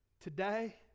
today